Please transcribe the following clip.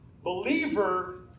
Believer